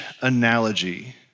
analogy